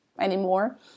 anymore